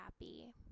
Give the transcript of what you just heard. happy